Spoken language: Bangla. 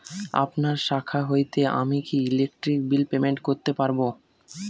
আপনার শাখা হইতে আমি কি ইলেকট্রিক বিল পেমেন্ট করতে পারব?